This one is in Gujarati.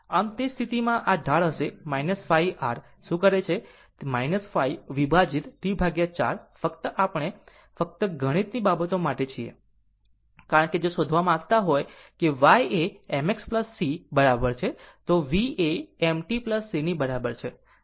આમ તે સ્થિતિમાં આ ઢાળ હશે 5 r શું કરે છે 5 વિભાજિત T 4 ફક્ત આપણે ફક્ત ગણિતની બાબતો માટે છીએ કારણ કે જો શોધવા માંગતા હોય કે y એ m x C બરાબર છે તો v એ m t c બરાબર છે